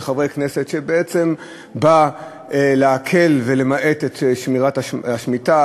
חברי כנסת שבעצם באו להקל ולמעט את שמירת השמיטה,